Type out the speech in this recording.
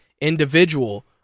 individual